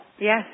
Yes